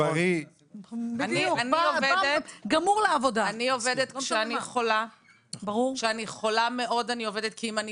אני עובדת כשאני חולה מאוד כי אם אני